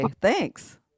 Thanks